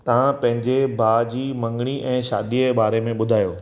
तव्हां पंहिंजे भाउ जी मंगड़ी ऐं शादीअ जे बारे में ॿुधायो